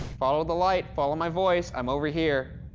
follow the light, follow my voice, i'm over here.